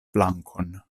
plankon